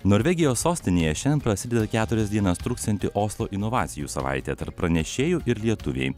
norvegijos sostinėje šiandien prasideda keturias dienas truksianti oslo inovacijų savaitė tarp pranešėjų ir lietuviai